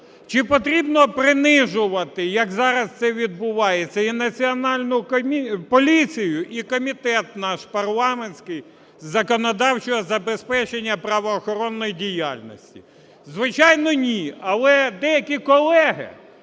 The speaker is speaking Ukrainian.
Чи потрібно принижувати, як зараз це відбувається, і Національну поліцію, і комітет наш парламентський з законодавчого забезпечення і правоохоронної діяльності? Звичайно, ні. Але деякі колеги,